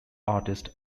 artist